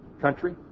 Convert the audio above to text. country